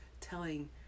telling